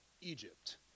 Egypt